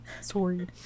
sorry